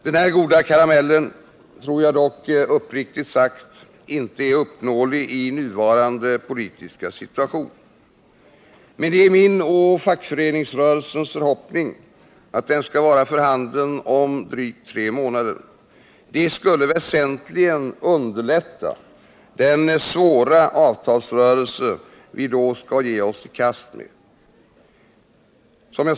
Denna goda karamell tror jag dock uppriktigt sagt inte är uppnåelig i nuvarande politiska situation. Men det är min och fackföreningsrörelsens förhoppning att den skall vara för handen om drygt tre månader. Det skulle väsentligt underlätta den svåra avtalsrörelse vi då skall ge oss i kast med.